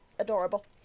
adorable